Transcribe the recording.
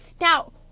Now